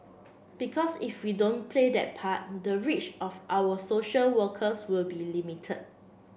because if we don't play that part the reach of our social workers will be limited